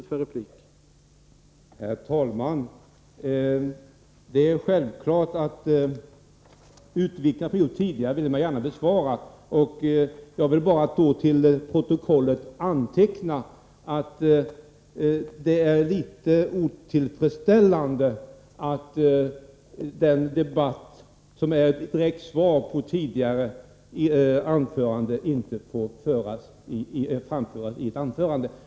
Herr talman! Det är självklart att man gärna vill gå in på utläggningar som gjorts tidigare. Jag ber nu bara att till protokollet få antecknat, att det är litet otillfredsställande att synpunkter som innebär ett direkt svar på vad som sagts i tidigare anföranden inte får framföras i ett inlägg.